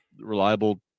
reliable